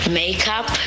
makeup